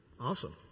Awesome